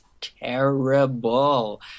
terrible